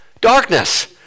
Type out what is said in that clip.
darkness